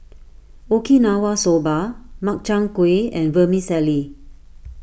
Okinawa Soba Makchang Gui and Vermicelli